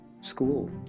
school